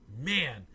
man